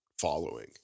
following